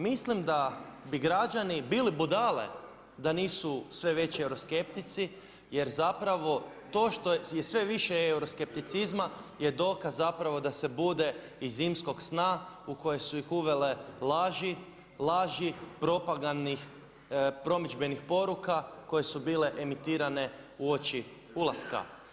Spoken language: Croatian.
Mislim da bi građani bili budale da nisu sve veći euroskeptici jer zapravo, to što je više euroskepticizama je dokaz zapravo da se bude iz zimskog sna u kojeg su ih uveli laži, laži promidžbenih poruka, koje su bile emitirana uoči ulaska.